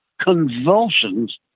convulsions